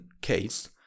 case